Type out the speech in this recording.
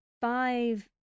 five